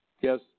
yes